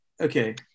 Okay